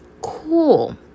cool